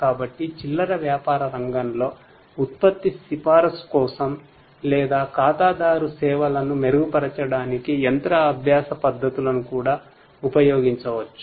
కాబట్టి చిల్లర వ్యాపార రంగంలో ఉత్పత్తి సిఫార్సు కోసం లేదా ఖాతాదారు సేవలను మెరుగుపరచడానికి యంత్ర అభ్యాస పద్ధతులను కూడాఉపయోగించవచ్చు